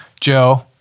Joe